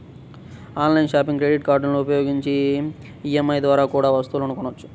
online షాపింగ్లో credit కార్డులని ఉపయోగించి ఈ.ఎం.ఐ ద్వారా కూడా వస్తువులను కొనొచ్చు